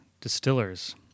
distillers